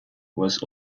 was